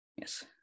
Yes